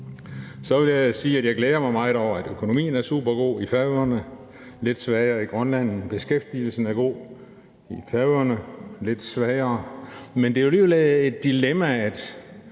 Så vil jeg sige, at jeg glæder mig over, at økonomien er super god i Færøerne, lidt svagere i Grønland, og beskæftigelsen er god i Færøerne, lidt svagere i Grønland. Men det er alligevel et dilemma,